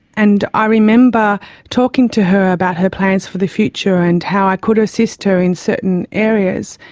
and i remember talking to her about her plans for the future and how i could assist her in certain areas,